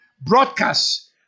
broadcast